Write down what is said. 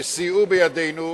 סייעו בידנו,